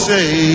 say